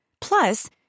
Plus